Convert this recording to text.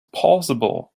possible